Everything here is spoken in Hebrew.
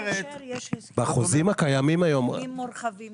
הסכמים מורחבים